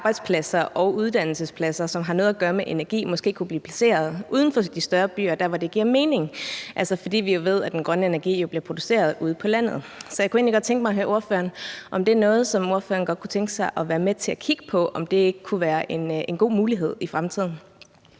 arbejdspladser og uddannelsespladser, som har noget med energi at gøre, måske kunne blive placeret uden for de større byer der, hvor det giver mening, for vi ved jo, at den grønne energi bliver produceret ude på landet. Så jeg kunne egentlig godt tænke mig at høre ordføreren, om han godt kunne tænke sig at være med til at kigge på, om det ikke kunne være en god mulighed i fremtiden.